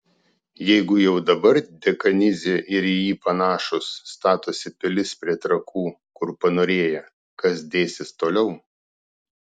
jeigu jau dabar dekanidzė ir į jį panašūs statosi pilis prie trakų kur panorėję kas dėsis toliau